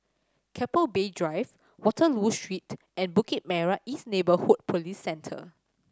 Keppel Bay Drives Waterloo Street and Bukit Merah East Neighbourhood Police Centre